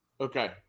Okay